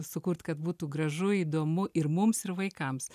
sukurt kad būtų gražu įdomu ir mums ir vaikams